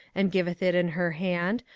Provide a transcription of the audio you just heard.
and giveth it in her hand,